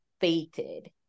fated